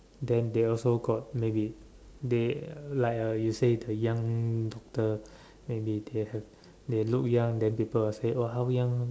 then they also got maybe they uh like uh you say the young doctor maybe they have they look young then people will say !wah! how young